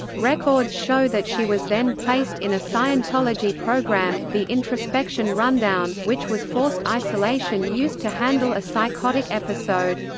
records show that she was then placed in a scientology program, the introspection rundown, which was forced isolation used to handle a psychotic episode.